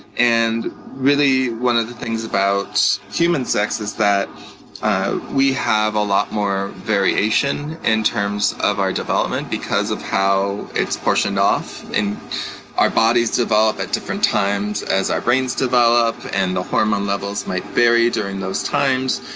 and really one of the things about human sex is that we have a lot more variation in terms of our development because of how it's portioned off. our bodies develop at different times, as our brains develop, and the hormone levels may vary during those times.